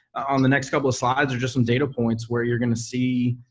on the next couple of slides are just some data points where you're going to see